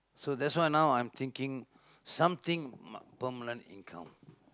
so that's why now I'm thinking something my permanent income